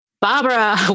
Barbara